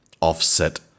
offset